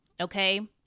okay